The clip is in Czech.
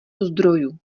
zdrojů